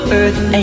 earth